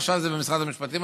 ועכשיו זה במשרד המשפטים.